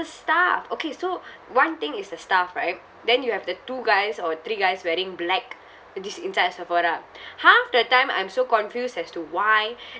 staff okay so one thing is the staff right then you have the two guys or three guys wearing black uh this inside the Sephora half the time I'm so confused as to why